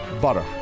butter